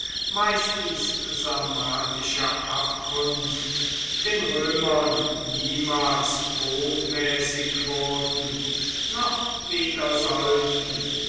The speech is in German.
meistens sarmatischer abkunft den römern niemals botmäßig wurden noch werden sollten